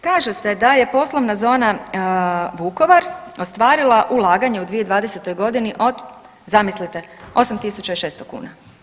Kaže se da je poslovna zona Vukovar ostvarila ulaganje u 2020. godini od zamislite 8600 kuna.